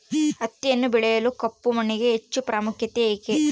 ಹತ್ತಿಯನ್ನು ಬೆಳೆಯಲು ಕಪ್ಪು ಮಣ್ಣಿಗೆ ಹೆಚ್ಚು ಪ್ರಾಮುಖ್ಯತೆ ಏಕೆ?